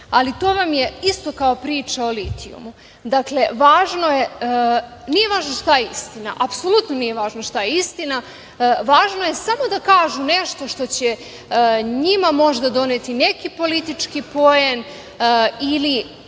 ali to vam je isto kao priča o litijumu? Dakle, nije važno šta je istina, apsolutno nije važno šta je istina, važno je samo da kažu nešto što će njima možda doneti neki politički poen ili